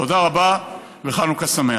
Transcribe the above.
תודה רבה וחנוכה שמח.